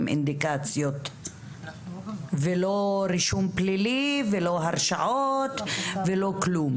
אינדיקציות ולא רישום פלילי ולא הרשעות ולא כלום,